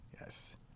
Yes